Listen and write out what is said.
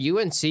UNC